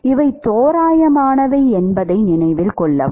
இவை தோராயமானவை என்பதை நினைவில் கொள்ளவும்